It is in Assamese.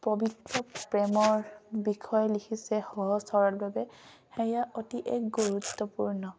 পবিত্ৰ প্ৰেমৰ বিষয়ে লিখিছে সহজ সৰলভাৱে সেয়া অতি এক গুৰুত্বপূৰ্ণ